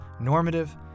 normative